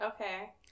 Okay